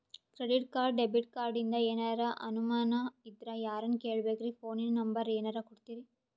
Credit card, debit ಕಾರ್ಡಿಂದ ಏನರ ಅನಮಾನ ಇದ್ರ ಯಾರನ್ ಕೇಳಬೇಕ್ರೀ, ಫೋನಿನ ನಂಬರ ಏನರ ಕೊಡ್ತೀರಿ?